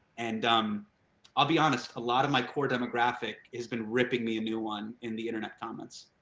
and um i'll be honest a lot of my core demographic has been ripping me a new one in the internet comments.